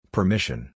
Permission